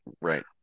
right